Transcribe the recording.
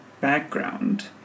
background